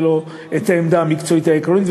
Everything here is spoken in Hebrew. ולא את העמדה המקצועית העקרונית.